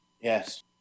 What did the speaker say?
Yes